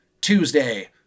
Tuesday